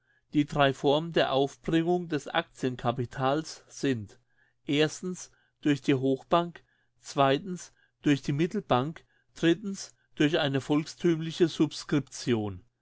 die drei formen der aufbringung des actiencapitals sind durch die hoch durch die mittelbank durch eine volksthümliche subscription